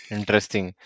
Interesting